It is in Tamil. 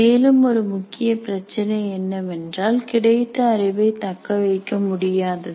மேலும் ஒரு முக்கிய பிரச்சனை என்னவென்றால் கிடைத்த அறிவை தக்கவைக்க முடியாதது